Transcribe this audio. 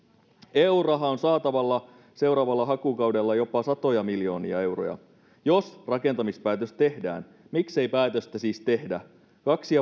eu rahaa on saatavilla seuraavalla hakukaudella jopa satoja miljoonia euroja jos rakentamispäätös tehdään miksei päätöstä siis tehdä kaksi